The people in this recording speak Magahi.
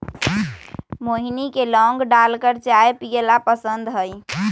मोहिनी के लौंग डालकर चाय पीयला पसंद हई